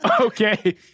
Okay